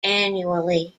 annually